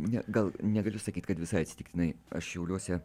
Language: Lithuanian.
ne gal negaliu sakyt kad visai atsitiktinai aš šiauliuose